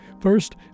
First